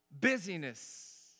busyness